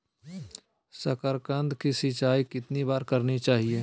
साकारकंद की सिंचाई कितनी बार करनी चाहिए?